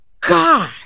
God